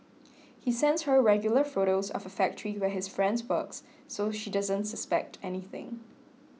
he sends her regular photos of a factory where his friend works so she doesn't suspect anything